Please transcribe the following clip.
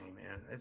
man